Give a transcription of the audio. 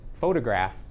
photograph